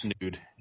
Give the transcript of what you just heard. nude